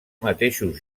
mateixos